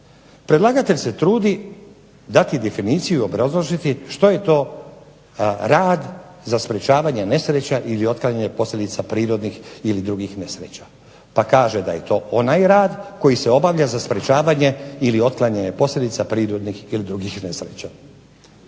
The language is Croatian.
Predlagatelj se trudi dati definiciju i obrazložiti što je to rad za sprečavanje nesreća ili otklanjanje posljedica prirodnih i drugih nesreća. Pa kaže da je to onaj rad koji se obavlja za sprečavanje ili otklanjanje posljedica prirodnih ili drugih nesreća.